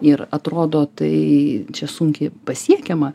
ir atrodo tai čia sunkiai pasiekiama